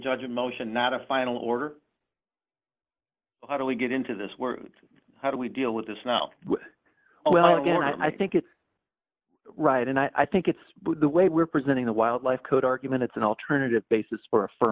judgment motion not a final order how do we get into this we're how do we deal with this now well again i think it's right and i think it's the way we're presenting the wildlife code argument it's an alternative basis for a f